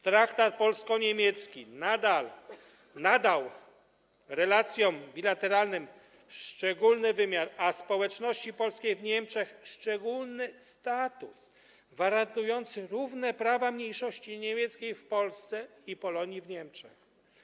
Traktat polsko-niemiecki nadał relacjom bilateralnym szczególny wymiar, a społeczności polskiej w Niemczech szczególny status gwarantujący równe prawa mniejszości niemieckiej w Polsce i Polonii w Niemczech.